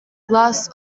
glass